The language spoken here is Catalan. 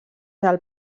del